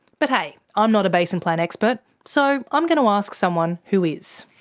but hey, i'm not a basin plan expert, so i'm going to ask someone who is.